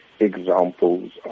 Examples